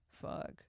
fuck